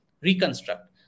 reconstruct